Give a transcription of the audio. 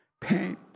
pain